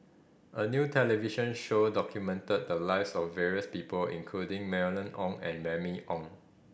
a new television show documented the lives of various people including Mylene Ong and Remy Ong